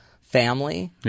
family